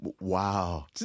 Wow